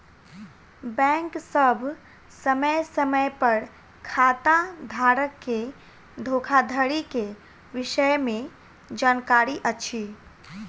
bank सभ समय समय पर खाताधारक के धोखाधड़ी के विषय में जानकारी अछि